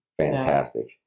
fantastic